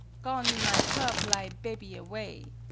gone me my purple-eye' bebby away